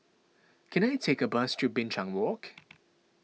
can I take a bus to Binchang Walk